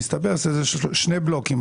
מסתבר שזה שני בלוקים,